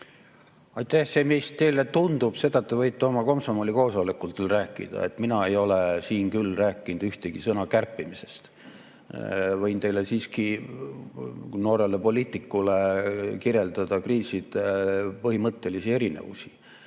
Seda, mis teile tundub, te võite oma komsomolikoosolekutel rääkida. Mina ei ole siin küll rääkinud ühegi sõnaga kärpimisest. Võin teile, siiski noorele poliitikule kirjeldada kriiside põhimõttelisi erinevusi.